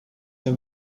her